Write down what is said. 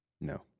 No